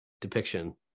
depiction